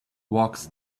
walks